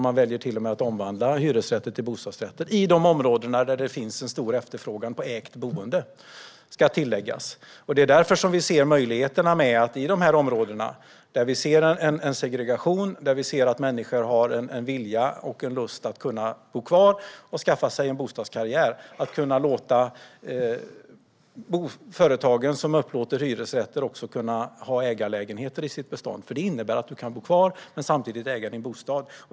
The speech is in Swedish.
Man väljer till och med att omvandla hyresrätter till bostadsrätter - i de områden där det finns stor efterfrågan på ägt boende, ska tilläggas. Det är därför vi ser möjligheterna i att i de här områdena, där vi ser segregation men också att människor har vilja och lust att bo kvar och göra bostadskarriär, låta de företag som upplåter hyresrätter också ha ägarlägenheter i sitt bestånd. Det innebär att man kan bo kvar men samtidigt äga sin bostad.